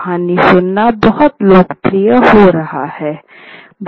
कहानी सुनाना बहुत लोकप्रिय हो रहा है